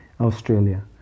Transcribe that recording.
Australia